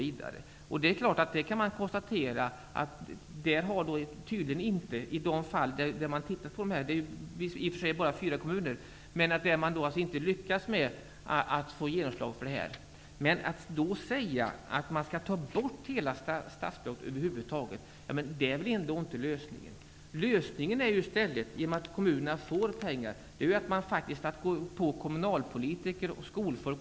I de fall där man tittat på detta -- det är i och för sig bara fyra kommuner -- har det inte lyckats att få genomslag för det här. Att då säga att hela statsbidraget skall tas bort är väl ändå inte lösningen. Lösningen är i stället att gå på kommunalpolitiker och skolfolk. Det kan vi göra genom att kommunerna får pengar för detta.